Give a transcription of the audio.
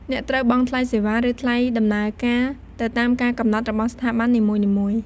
អ្នកត្រូវបង់ថ្លៃសេវា ឬថ្លៃដំណើរការទៅតាមការកំណត់របស់ស្ថាប័ននីមួយៗ។